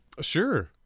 Sure